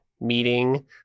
meeting